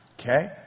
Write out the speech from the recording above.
Okay